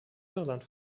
irland